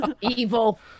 Evil